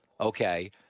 okay